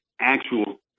actual